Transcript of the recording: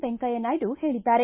Venkaiah Naidu ಹೇಳಿಸಿದ್ದಾರೆ